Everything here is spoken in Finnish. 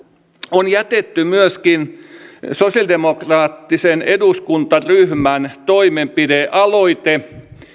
on myöskin jätetty sosiaalidemokraattisen eduskuntaryhmän toimenpidealoite